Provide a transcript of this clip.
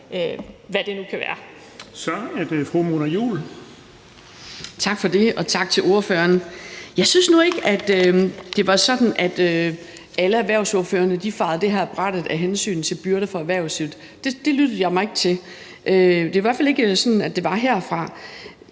er det fru Mona Juul. Kl. 19:29 Mona Juul (KF): Tak for det, og tak til ordføreren. Jeg synes nu ikke, at det var sådan, at alle erhvervsordførerne fejede det her af brættet af hensyn til byrderne for erhvervslivet; det lyttede jeg mig ikke til. Det er i hvert fald ikke sådan, det var herfra.